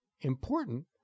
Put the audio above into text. Important